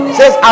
says